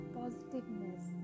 positiveness